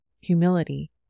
humility